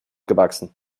gewachsen